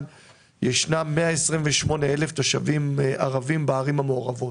ישנם 128,000 תושבים ערבים בערים המעורבות,